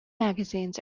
magazines